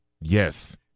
Yes